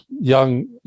young